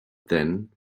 then